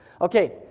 Okay